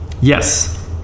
Yes